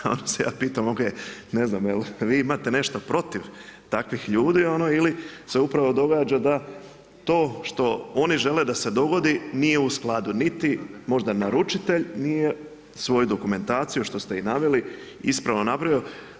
A onda se ja pitam, OK, ne znam je li vi imate nešto protiv takvih ljudi ili se upravo događa da to što oni žele da se dogodi nije u skladu niti možda naručitelj nije, svoju dokumentaciju, što ste i naveli ispravno napravio.